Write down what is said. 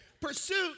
Pursuit